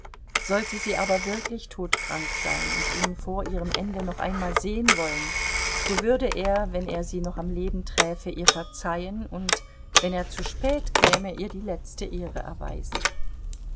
sollte sie aber wirklich todkrank sein und ihn vor ihrem ende noch einmal sehen wollen so würde er wenn er sie noch am leben träfe ihr verzeihen und wenn er zu spät käme ihr die letzte ehre erweisen